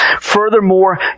Furthermore